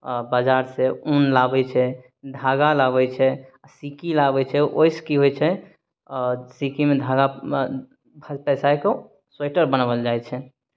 आ बाजारसँ ऊन लाबै छै धागा लाबै छै सीकी लाबै छै ओहिसँ की होइ छै सीकीमे धागा पैसाय कऽ स्वेटर बनबाओल जाइ छै